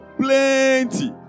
Plenty